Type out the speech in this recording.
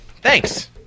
Thanks